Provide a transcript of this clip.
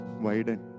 Widen